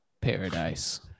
Paradise